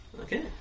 okay